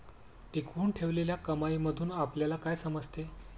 टिकवून ठेवलेल्या कमाईमधून आपल्याला काय समजते?